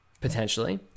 potentially